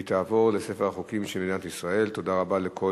21), התשע"ב 2012, נתקבל.